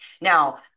Now